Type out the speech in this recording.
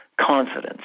confidence